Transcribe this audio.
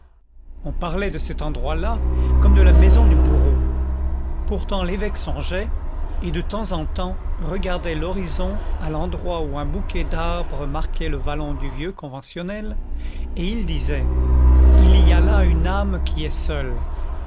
on parlait de cet endroit-là comme de la maison du bourreau pourtant l'évêque songeait et de temps en temps regardait l'horizon à l'endroit où un bouquet d'arbres marquait le vallon du vieux conventionnel et il disait il y a là une âme qui est seule